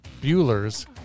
Bueller's